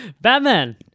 Batman